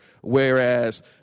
Whereas